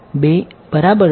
2 બરાબર છે